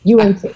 UNC